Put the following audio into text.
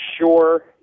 sure